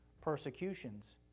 persecutions